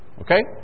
Okay